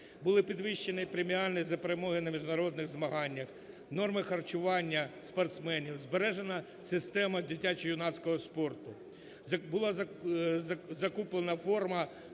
Були підвищені преміальні за перемоги на міжнародних змаганнях, норми харчування спортсменів, збережена система дитячо-юнацького спорту. Була закуплена форма,